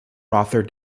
rother